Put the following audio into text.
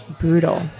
brutal